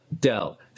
Dell